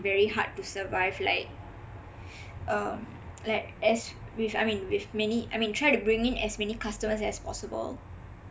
very hard to survive like um like as with I mean with many I mean trying to bring in as many customers as possible